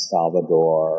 Salvador